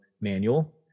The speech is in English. manual